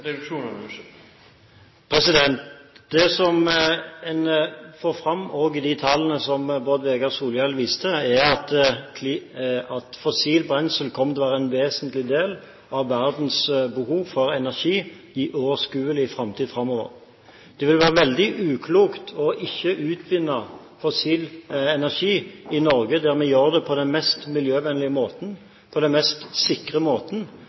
Det som en også får fram i de tallene som representanten Bård Vegar Solhjell viser til, er at fossilt brensel kommer til å være en vesentlig del av verdens behov for energi i overskuelig framtid. Det vil være veldig uklokt ikke å utvinne fossil energi i Norge, hvor vi gjør det på den mest miljøvennlige og mest sikre måten,